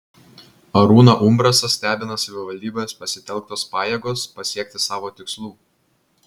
arūną umbrasą stebina savivaldybės pasitelktos pajėgos pasiekti savo tikslų